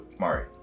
Mari